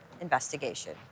investigation